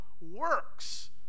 Works